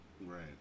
Right